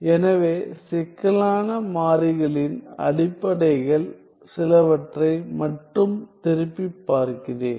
எனவே சிக்கலான மாறிகளின் அடிப்படைகள் சிலவற்றை மட்டும் திருப்பிப் பார்க்கிறேன்